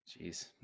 Jeez